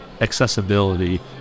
accessibility